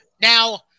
Now